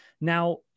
Now